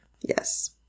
Yes